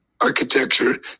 architecture